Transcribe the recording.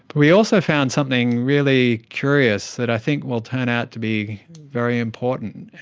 we also found something really curious that i think will turn out to be very important.